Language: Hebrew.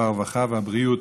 הרווחה והבריאות